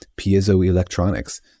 piezoelectronics